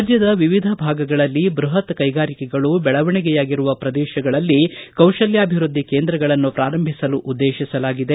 ರಾಜ್ಯದ ವಿವಿಧ ಭಾಗಗಳಲ್ಲಿ ಬೃಹತ್ ಕೈಗಾರಿಕೆಗಳು ಬೆಳವಣಿಗೆಯಾಗಿರುವ ಪ್ರದೇಶಗಳಲ್ಲಿ ಕೌಶಲ್ಯಾಭಿವೃದ್ಧಿ ಕೇಂದ್ರಗಳನ್ನು ಪ್ರಾರಂಭಿಸಲು ಉದ್ದೇಶಿಸಲಾಗಿದೆ